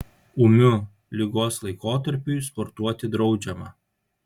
ūmiu ligos laikotarpiui sportuoti draudžiama